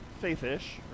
faith-ish